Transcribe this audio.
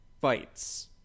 fights